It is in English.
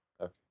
Okay